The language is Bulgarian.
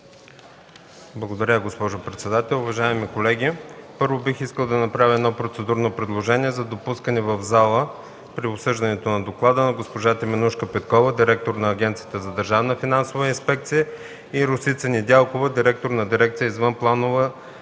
Благодаря, госпожо председател. Уважаеми колеги, първо бих искал да направя процедурно предложение за допускане в залата при обсъждането на доклада на: госпожа Теменужка Петкова – директор на Агенцията за държавна финансова инспекция, и Росица Недялкова – директор на дирекция „Извънпланова